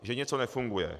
Že něco nefunguje.